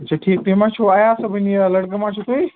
اَچھا ٹھیٖک تُہۍ ما چھِو اَیاز صٲبٕنۍ یہِ لٔڑکہٕ ما چھُو تُہۍ